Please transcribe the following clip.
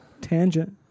Tangent